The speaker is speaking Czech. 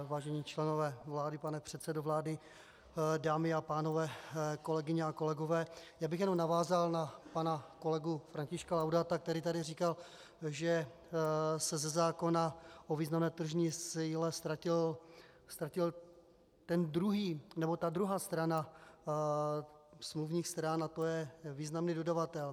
Vážení členové vlády, pane předsedo vlády, dámy a pánové, kolegyně a kolegové, já bych jenom navázal na pana kolegu Františka Laudáta, který tady říkal, že se ze zákona o významné tržní síle ztratil ten druhý, nebo ta druhá strana smluvních stran, to je významný dodavatel.